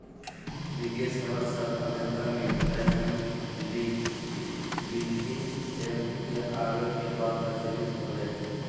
वित्तीय सेवा शब्द अमेरिका मे ग्रैहम लीच बिली एक्ट के आवे के बाद प्रचलित होलय